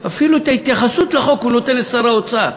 אפילו את ההתייחסות לחוק הוא נותן לשר האוצר.